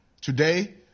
Today